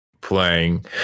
playing